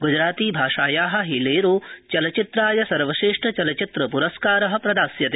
ग्जराती भाषाया हिलेरो चलचित्राय सर्वश्रेष्ठचलचित्रपुरस्कार प्रदास्यते